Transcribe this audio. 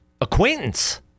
acquaintance